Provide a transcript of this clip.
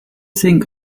think